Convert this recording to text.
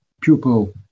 pupil